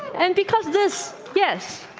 and because this yes,